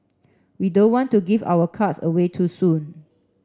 we don't want to give our cards away too soon